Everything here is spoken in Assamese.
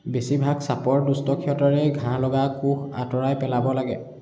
বেছিভাগ চাপৰ দুষ্টক্ষতৰে ঘাঁ লগা কোষ আঁতৰাই পেলাব লাগে